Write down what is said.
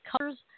colors